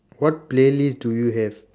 what playlist do you have